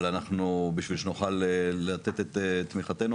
אבל בשביל שנוכל לתת את תמיכתנו,